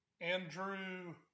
Andrew